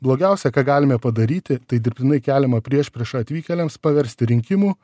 blogiausia ką galime padaryti tai dirbtinai keliamą priešpriešą atvykėliams paversti rinkimų